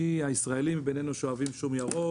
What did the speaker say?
הישראלים בינינו שאוהבים שום ירוק,